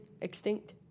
extinct